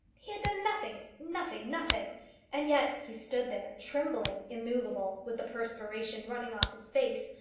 he had done nothing nothing, nothing and yet he stood there trembling, immovable, with the perspiration running off his face,